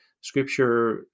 Scripture